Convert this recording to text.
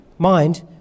mind